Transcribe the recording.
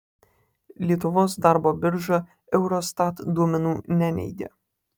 lietuvos darbo birža eurostat duomenų neneigia